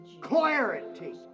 clarity